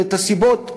הסיבות,